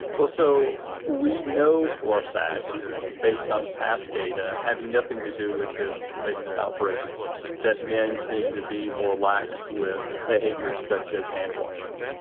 well, so we know for a fact based on past data, having nothing to do with this latest outbreak that men tend to be more lax with behaviors such as hand-washing.